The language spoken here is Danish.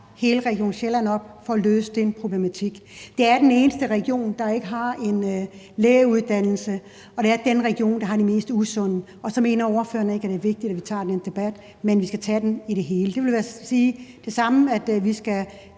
hele Region Sjælland op for at løse den problematik. Det er den eneste region, der ikke har en lægeuddannelse, og det er den region, der har de mest usunde, og så mener ordføreren ikke, det er vigtigt, at vi tager den debat, men vi skal tage den som et hele. Det vil altså være det samme som at